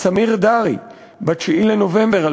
סמיר דארי, ב-9 בנובמבר 2005,